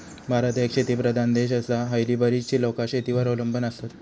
भारत एक शेतीप्रधान देश आसा, हयली बरीचशी लोकां शेतीवर अवलंबून आसत